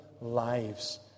lives